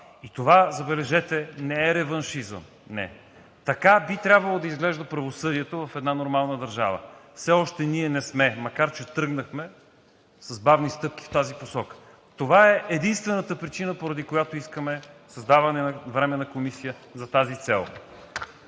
И това, забележете, не е реваншизъм. Не. Така би трябвало да изглежда правосъдието в една нормална държава. Все още ние не сме, макар че тръгнахме с бавни стъпки в тази посока. Това е единствената причина, поради която искаме създаване на Временна комисия за тази цел.